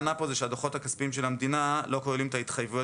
המסקנה פה היא שהדוחות הכספיים של המדינה לא כוללים את ההתחייבויות